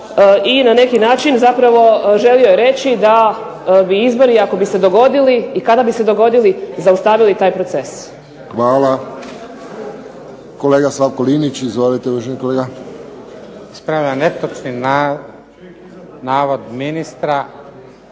I na neki način zapravo želio je reći da bi izbori ako bi se dogodili i kada bi se dogodili zaustavili taj proces. **Friščić, Josip (HSS)** Hvala. Kolega Slavko Linić. Izvolite uvaženi kolega. **Linić, Slavko (SDP)** Ispravljam netočni navod ministra